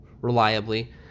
reliably